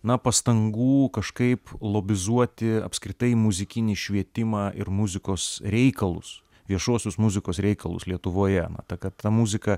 na pastangų kažkaip lobizuoti apskritai muzikinį švietimą ir muzikos reikalus viešuosius muzikos reikalus lietuvoje na kad ta muzika